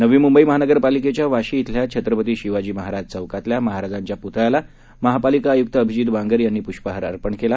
नवी मुंबई महानगरपालिकेच्या वाशी अल्या छत्रपती शिवाजी महाराज चौकातल्या महाराजांच्या पुतळ्याला महापालिका आयुक्त अभिजीत बांगर यांनी पुष्पहार अर्पण केला